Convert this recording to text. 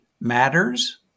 matters